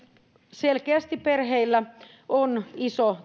selkeästi perheillä on iso